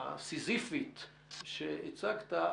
הסיזיפית שהצגת,